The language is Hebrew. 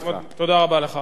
חבר הכנסת מגלי והבה,